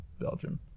Belgium